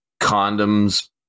condoms